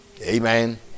Amen